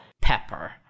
Pepper